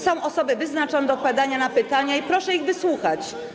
Są osoby wyznaczone do odpowiadania na pytania i proszę ich wysłuchać.